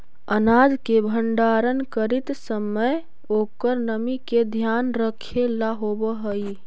अनाज के भण्डारण करीत समय ओकर नमी के ध्यान रखेला होवऽ हई